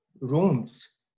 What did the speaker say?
rooms